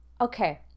Okay